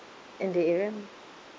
in the area